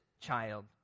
child